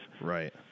Right